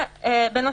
ובנוסף,